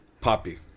poppy